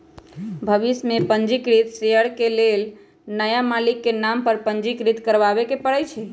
भविष में पंजीकृत शेयर के बेचे के लेल नया मालिक के नाम पर पंजीकृत करबाबेके परै छै